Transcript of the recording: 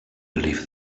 believe